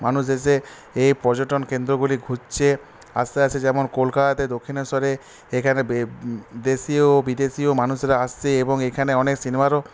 মানুষ এসে এই পর্যটন কেন্দ্রগুলি ঘুরছে আস্তে আস্তে যেমন কলকাতাতে দক্ষিণেশ্বরে এখানে দেশীয় বিদেশীয় মানুষরা আসছে এবং এখানে অনেক সিনেমারও